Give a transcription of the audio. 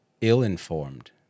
ill-informed